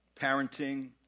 Parenting